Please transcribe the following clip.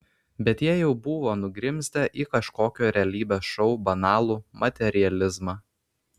bet jie jau buvo nugrimzdę į kažkokio realybės šou banalų materializmą